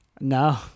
No